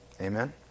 Amen